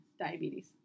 diabetes